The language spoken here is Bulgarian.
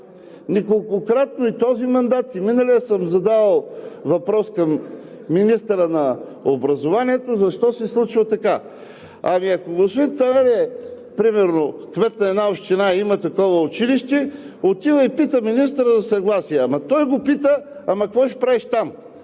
Неколкократно – и този мандат, и миналия, съм задавал въпрос към министъра на образованието защо се случва така. Ако примерно кмет на една община има такова училище, отива и пита министъра за съгласие. Ама той го пита: какво ще правиш там?